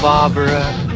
Barbara